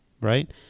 right